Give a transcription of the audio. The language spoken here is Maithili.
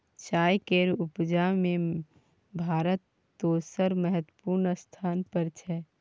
चाय केर उपजा में भारत दोसर महत्वपूर्ण स्थान पर छै